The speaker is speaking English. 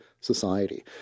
society